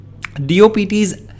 DOPT's